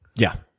yeah.